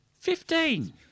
Fifteen